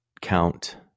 count